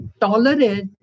tolerate